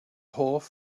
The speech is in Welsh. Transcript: hoff